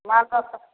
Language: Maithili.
मार्केटसँ